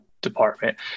department